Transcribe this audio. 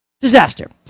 Disaster